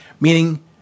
meaning